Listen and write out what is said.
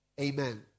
Amen